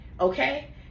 okay